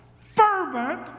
fervent